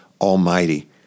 Almighty